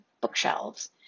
bookshelves